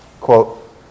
Quote